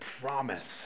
promise